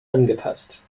angepasst